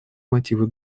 мотивы